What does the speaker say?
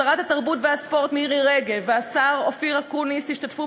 שרת התרבות והספורט מירי רגב והשר אופיר אקוניס השתתפו